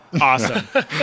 Awesome